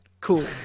Cool